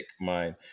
mind